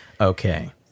Okay